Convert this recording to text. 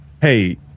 Hey